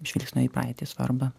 žvilgsnio į praeitį svarbą